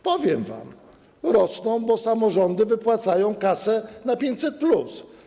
Powiem wam: rosną, bo samorządy wypłacają kasę na 500+.